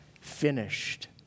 finished